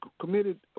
committed